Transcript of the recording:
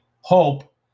hope